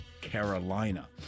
Carolina